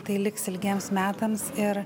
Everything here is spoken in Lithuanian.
tai liks ilgiems metams ir